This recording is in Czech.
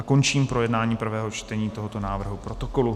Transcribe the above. Končím projednávání prvého čtení tohoto návrhu protokolu.